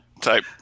type